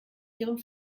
ihrem